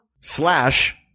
slash